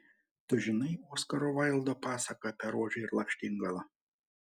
tu žinai oskaro vaildo pasaką apie rožę ir lakštingalą